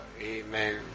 Amen